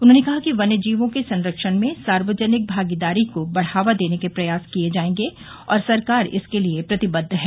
उन्होंने कहा कि वन्यजीवों के संरक्षण में सार्वजनिक भागीदारी को बढावा देने के प्रयास किए जायेंगे और सरकार इसके लिए प्रतिबद्ध है